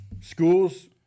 Schools